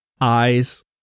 eyes